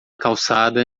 calçada